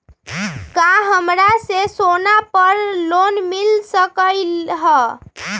का हमरा के सोना पर लोन मिल सकलई ह?